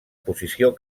posició